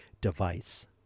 device